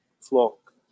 flock